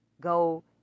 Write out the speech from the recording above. go